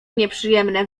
nieprzyjemne